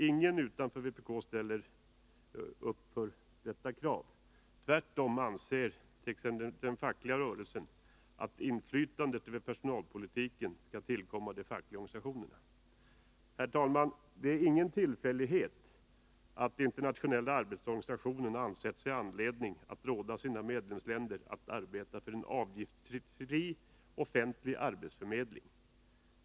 Ingen utanför vpk ställer upp för detta krav. Tvärtom anser t.ex. den fackliga rörelsen att inflytandet över personalpolitiken skall tillkomma de fackliga organisationerna. Herr talman! Det är ingen tillfällighet att Internationella arbetsorganisationen ansett sig ha anledning att råda sina medlemsländer att arbeta för en avgiftsfri offentlig arbetsförmedling.